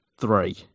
three